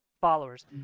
followers